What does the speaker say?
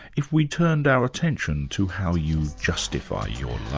if we turned our attention to how you justify your